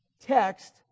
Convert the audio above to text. text